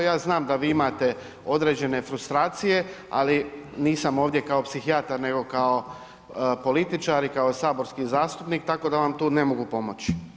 Ja znam da vi imate određene frustracije, ali nisam ovdje kao psihijatar nego kao političar i kao saborski zastupnika tako da vam tu ne mogu pomoći.